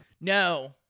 No